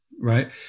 right